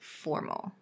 formal